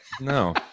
no